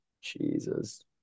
Jesus